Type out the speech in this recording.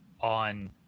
on